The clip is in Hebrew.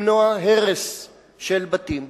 למנוע הרס של בתים.